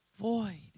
void